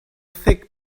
thick